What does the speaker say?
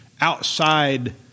outside